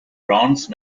bronze